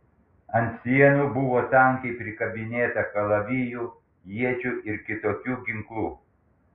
ant sienų buvo tankiai prikabinėta kalavijų iečių ir kitokių ginklų